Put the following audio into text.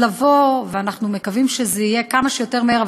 ואנחנו מקווים שיבוא כמה שיותר מהר,